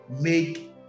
make